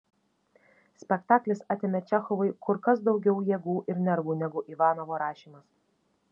spektaklis atėmė čechovui kur kas daugiau jėgų ir nervų negu ivanovo rašymas